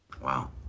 Wow